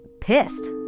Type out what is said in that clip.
pissed